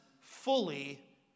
fully